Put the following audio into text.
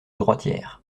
droitière